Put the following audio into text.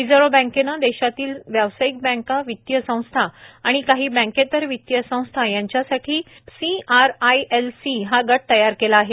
reserve बँकेनं देशातल्या व्यासायिक बँका वितीय संस्था आणि काही बँकेतर वितीय संस्था यांच्यासाठी सीआरआयएलसी हा गट तयार केला आहे